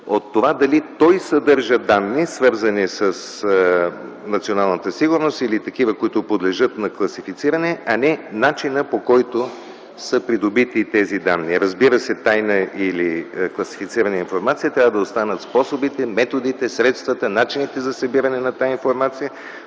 от това дали той съдържа данни, свързани с националната сигурност или такива, които подлежат на класифициране, а не начинът, по който са придобити тези данни. Разбира се, тайна или класифицирана информация трябва да останат способите, методите, средствата, начините за събиране на тази информация,